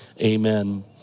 amen